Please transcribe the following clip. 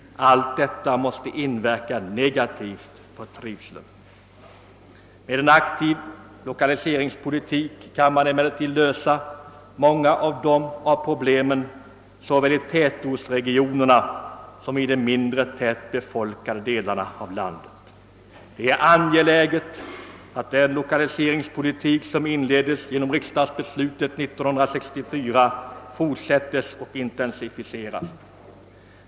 Allt detta måste inverka negativt på trivseln. Med en aktiv lokaliseringspolitik kan man emellertid lösa många av problemen såväl i tätortsregionerna som i de mindre tätt befolkade delarna av landet. Det är angeläget att den lokaliseringspolitik som inleddes genom riksdagsbeslutet 1964 fortsättes och intensifieras.